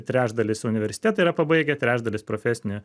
trečdalis universitetą yra pabaigę trečdalis profesinį